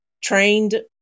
trained